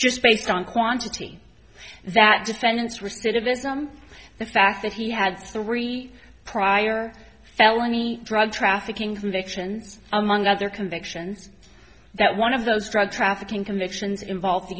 just based on quantity that defendants restated this on the fact that he had three prior felony drug trafficking convictions among other convictions that one of those drug trafficking convictions involve the